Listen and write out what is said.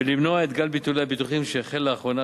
ולמנוע את גל ביטולי הביטוחים שהחל לאחרונה